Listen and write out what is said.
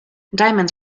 diamonds